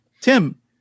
Tim